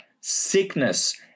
sickness